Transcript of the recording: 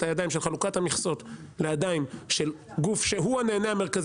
הידיים של חלוקת המכסות לידיים של גוף שהוא הנהנה המרכזי